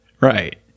right